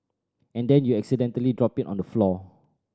and then you accidentally drop it on the floor